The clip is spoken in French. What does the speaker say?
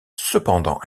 cependant